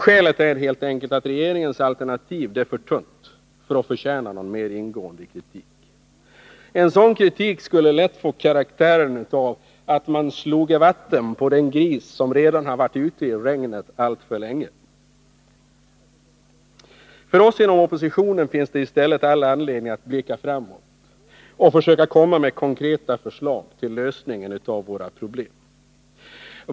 Skälet är helt enkelt att regeringens alternativ är alltför tunt för att förtjäna någon mer ingående kritik. En sådan kritik skulle lätt få karaktären av att man sloge vatten på den gris som redan alltför länge varit ute i regnet. För oss inom oppositionen finns det i stället all anledning att blicka framåt och försöka komma med konkreta förslag till lösning av våra problem.